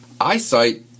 Eyesight